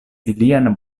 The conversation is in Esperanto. ilian